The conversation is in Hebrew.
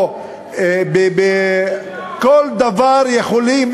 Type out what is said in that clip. או בכל דבר יכולים,